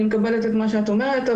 אני מקבלת את מה שאת אומרת,